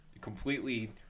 completely